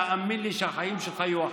תאמין לי שהחיים שלך יהיו אחרים.